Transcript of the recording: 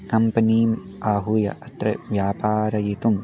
कम्पनीम् आहूय अत्र व्यापारयितुं